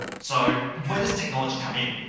so, where does technology come in?